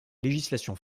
législation